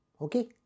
Okay